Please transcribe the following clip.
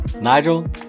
Nigel